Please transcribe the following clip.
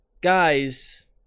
guys